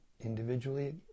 individually